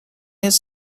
his